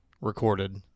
recorded